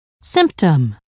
symptom